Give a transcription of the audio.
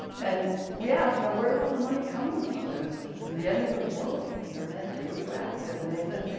and yes you know where's all the money coming from? this this is the end of the world here and its' radioactive and they said.